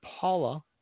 Paula